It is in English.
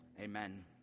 Amen